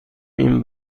این